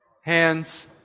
hands